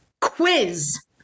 quiz